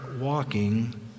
walking